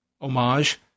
homage